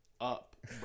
up